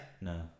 No